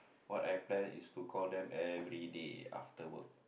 what I plan is to call them everyday after work